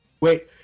Wait